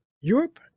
europe